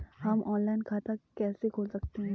हम ऑनलाइन खाता कैसे खोल सकते हैं?